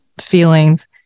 feelings